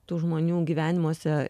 tų žmonių gyvenimuose